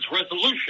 resolution